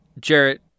Jarrett